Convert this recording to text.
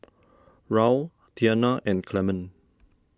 Raul Tianna and Clement